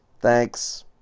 Thanks